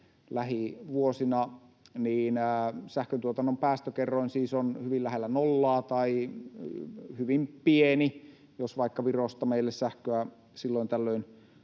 lähivuosina — sähköntuotannon päästökerroin siis on hyvin lähellä nollaa tai hyvin pieni. Jos vaikka Virosta meille sähköä silloin tällöin